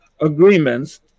agreements